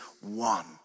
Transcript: one